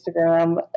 Instagram